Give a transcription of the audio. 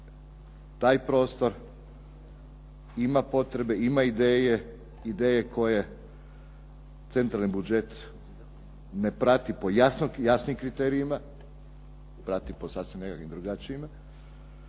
taj prostor ima potrebe, ima ideje, ideje koje centralni budžet ne prati po jasnim kriterijima, prati po sasvim nekakvim drugačijima